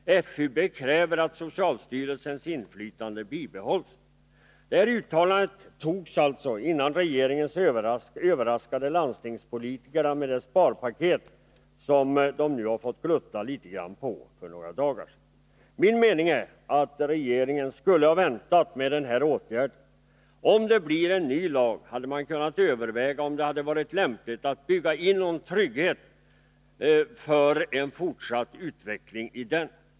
FUB kräver att socialstyrelsens inflytande bibehålls.” Detta uttalande togs alltså innan regeringen överraskade landstingspolitikerna med det sparpaket som de nu har fått glutta litet på för några dagar sedan. Min mening är att regeringen skulle ha väntat med denna åtgärd. Om det skulle bli en ny lag, hade man kunnat överväga om det hade varit lämpligt att i Nr 41 den bygga in någon trygghet för en fortsatt utveckling.